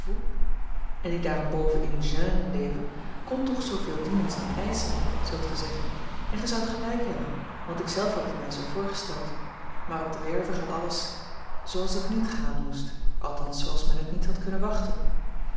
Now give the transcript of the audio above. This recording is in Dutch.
en die daarenboven in gène leven kon toch zooveel dienens niet eischen zult gij zeggen en gij zoudt gelijk hebben want ik zelf had het mij zoo voorgesteld maar op de werve gaat alles zooals het niet gaan moest althans zooals men het niet had kunnen wachten